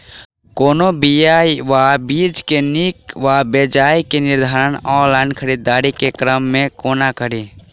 कोनों बीया वा बीज केँ नीक वा बेजाय केँ निर्धारण ऑनलाइन खरीददारी केँ क्रम मे कोना कड़ी?